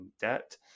debt